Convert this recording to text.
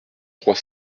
trois